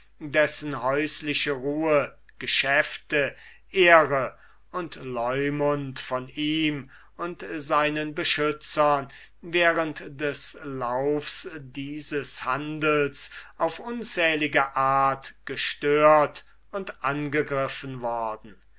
dessen häusliche ruhe geschäfte ehre und leumund von ihm und seinen beschützern während dem lauf dieses handels auf unzählige art gestört und angegriffen worden